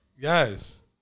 Yes